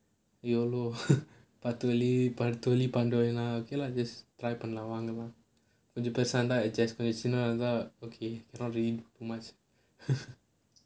don't know okay lah just try கொஞ்சம் பெருசா இருந்தா:konjam perusa irunthaa lor பெருசு:perusu just சின்னதா இருந்தா:chinnathaa irunthaa okay not really too much